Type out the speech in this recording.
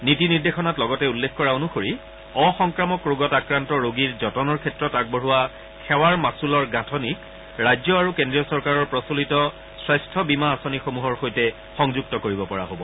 নীতি নিৰ্দেশনাত লগতে উল্লেখ কৰা অনুসৰি অসংক্ৰামক ৰোগত আক্ৰান্ত ৰোগীৰ যতনৰ ক্ষেত্ৰত আগবঢ়োৱা সেৱাৰ মাচুলৰ গাঠনিক ৰাজ্য আৰু কেজ্ৰীয় চৰকাৰৰ প্ৰচলিত স্বাস্থ্য বীমা আঁচনিসমূহৰ সৈতে সংযুক্ত কৰিব পৰা হব